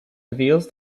reveals